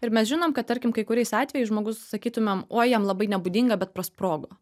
ir mes žinom kad tarkim kai kuriais atvejais žmogus sakytumėm oj jam labai nebūdinga bet prasprogo